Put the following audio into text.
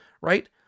Right